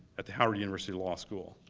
at the howard university law school.